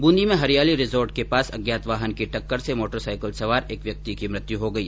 बूंदी में हरियाली रिसोर्ट के पास अज्ञात वाहन की टक्कर से मोटरसाईकिल सवार एक व्यक्ति की मृत्यु हो गई